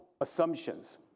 assumptions